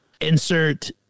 insert